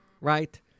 Right